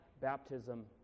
baptism